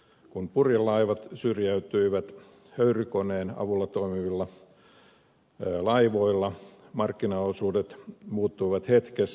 kun purjelaivat syrjäytyivät höyrykoneen avulla toimivien laivojen kehittyessä markkinaosuudet muuttuivat hetkessä